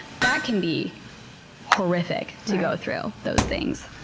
that can be horrific to go through those things.